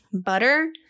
butter